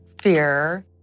fear